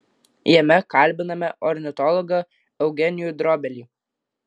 jame kalbiname ornitologą eugenijų drobelį